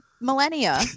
millennia